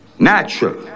Natural